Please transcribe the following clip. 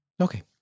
Okay